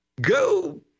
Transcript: Go